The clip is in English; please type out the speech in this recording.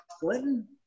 Clinton